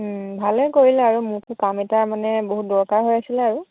ভালেই কৰিলে আৰু মোকো কাম এটা মানে বহুত দৰকাৰ হৈ আছিলে আৰু